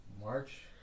March